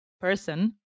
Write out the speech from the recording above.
person